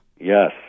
Yes